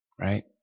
right